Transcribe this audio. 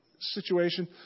situation